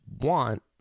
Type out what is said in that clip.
want